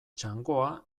txangoa